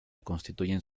constituyen